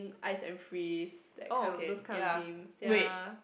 ice and freeze that kind of those kind of games ya